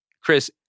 Chris